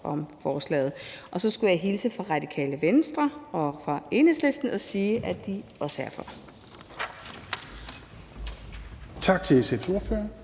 om forslaget, og så skulle jeg hilse fra Radikale Venstre og fra Enhedslisten og sige, at de også er for.